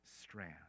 strand